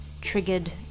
triggered